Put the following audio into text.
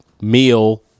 meal